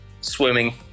swimming